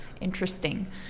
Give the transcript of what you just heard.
Interesting